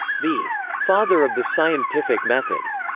the father of the scientific method,